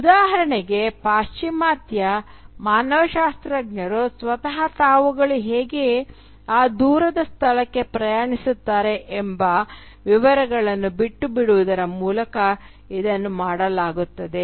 ಉದಾಹರಣೆಗೆ ಪಾಶ್ಚಿಮಾತ್ಯ ಮಾನವಶಾಸ್ತ್ರಜ್ಞರು ಸ್ವತಃ ತಾವುಗಳು ಹೇಗೆ ಆ ದೂರದ ಸ್ಥಳಕ್ಕೆ ಪ್ರಯಾಣಿಸುತ್ತಾರೆ ಎಂಬ ವಿವರಗಳನ್ನು ಬಿಟ್ಟುಬಿಡುವುದರ ಮೂಲಕ ಇದನ್ನು ಮಾಡಲಾಗುತ್ತದೆ